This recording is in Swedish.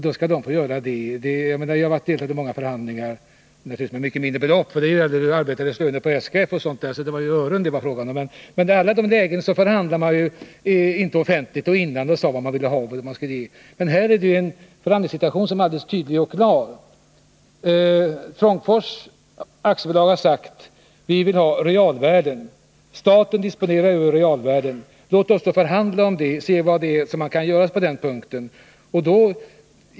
Jag har deltagit i många förhandlingar — naturligtvis rörande mycket mindre belopp, för det gällde löner för arbetare på SKF o. d., så det var fråga om ören. Meni alla dessa lägen förhandlade man inte offentligt och sade vad man ville ha och vad man skulle ge. Men här är ju förhandlingssituationen tydlig och klar. Trångfors AB har sagt: Vi vill ha realvärden. Staten disponerar över realvärden. Låt oss då förhandla om det och se vad som kan göras i det avseendet.